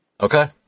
okay